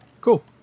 cool